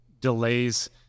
delays